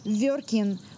working